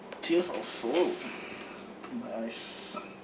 tears of sorrow nice